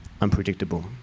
unpredictable